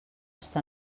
està